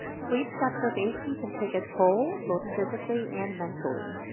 sleep deprivation can take a toll both physically and mentally.